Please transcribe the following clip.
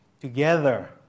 Together